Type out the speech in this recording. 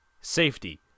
safety